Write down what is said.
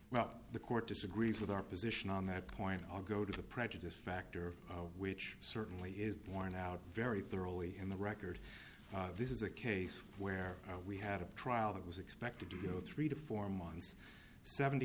well the court disagreed with our position on that point i'll go to the prejudice factor which certainly is borne out very thoroughly in the record this is a case where we had a trial that was expected to go three to four months seventy